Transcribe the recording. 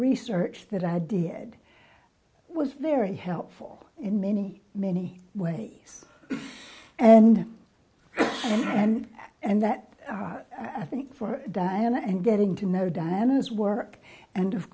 research that idea had it was very helpful in many many ways and and and that i think for diana and getting to know diana's work and of